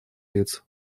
лиц